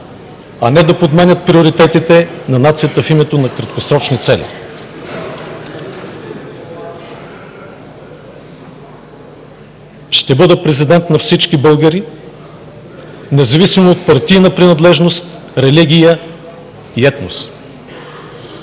а не да подменят приоритетите на нацията в името на краткосрочни цели. Ще бъда президент на всички българи, независимо от партийна принадлежност, религия и етност.